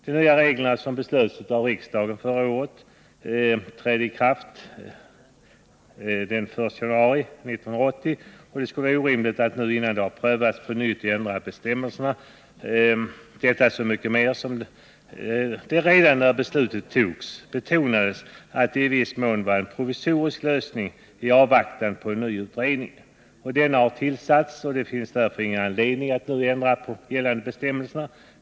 De nya reglerna — som beslöts av riksdagen förra året — trädde i kraft den 1 januari 1980. Det skulle vara orimligt att nu — innan de prövats — på nytt ändra bestämmelserna. Detta så mycket mer som det redan när beslutet fattades betonades att det i viss mån var en provisorisk lösning i avvaktan på en ny utredning. Denna har tillsatts, och det finns därför ingen anledning att nu ändra på gällande bestämmelser.